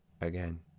again